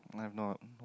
I've no